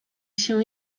się